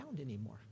anymore